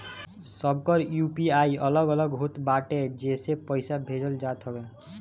सबकर यू.पी.आई अलग अलग होत बाटे जेसे पईसा भेजल जात हवे